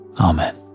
Amen